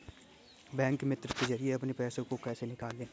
Bank मित्र के जरिए अपने पैसे को कैसे निकालें?